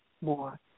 more